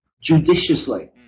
judiciously